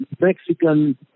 Mexican